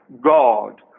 God